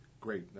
Great